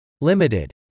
Limited